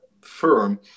firm